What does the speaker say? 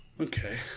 Okay